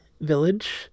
village